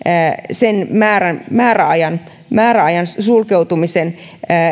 sen määräajan määräajan sulkeutumisenkin